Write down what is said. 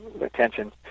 attention